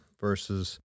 versus